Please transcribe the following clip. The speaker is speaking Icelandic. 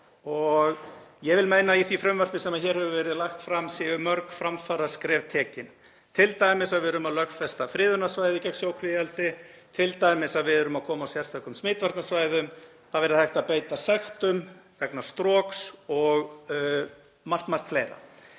og ég vil meina að í því frumvarpi sem hér hefur verið lagt fram séu mörg framfaraskref tekin, t.d. að við erum að lögfesta friðunarsvæði gegn sjókvíaeldi, t.d. að við erum að koma á sérstökum smitvarnarsvæðum, að það verði hægt að beita sektum vegna stroks og margt fleira.